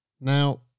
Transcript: Now